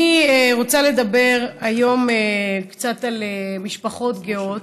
אני רוצה לדבר היום קצת על משפחות גאות.